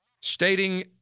stating